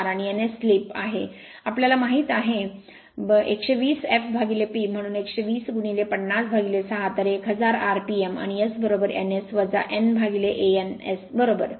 04 आणि ns slip आहे आम्हाला माहित आहे 120 f P म्हणून 120 506 तर 1000 rpm आणि S n S na n S बरोबर